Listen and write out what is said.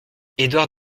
édouard